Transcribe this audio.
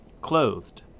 clothed